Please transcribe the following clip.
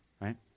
right